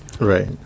right